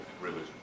religion